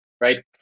right